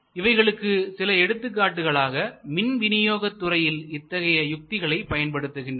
இவைகளுக்கு சில எடுத்துக்காட்டுகளாக மின்வினியோக துறையில் இத்தகைய யுக்திகளை பயன்படுத்துகின்றனர்